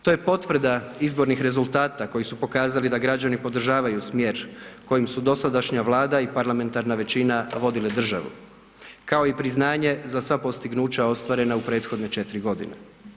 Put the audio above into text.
To je potvrda izbornih rezultata koji su pokazali da građani podržavaju smjer kojim su dosadašnja Vlada i parlamentarna većina vodile državu, kao i priznanje za sva postignuća ostvarena u prethodne 4 godine.